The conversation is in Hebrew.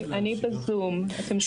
אני בזום, אתם שומעים אותי?